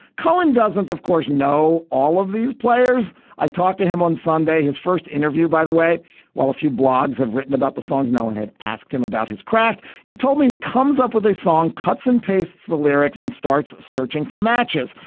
cohen doesn't of course know all of these players. i talked to him on sunday his first interview by the way while a few blogs have written about the songs no one had asked him about his craft. he told me he comes up with a song cuts and pastes the lyrics and starts searching for matches.